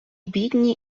бідні